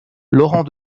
laurent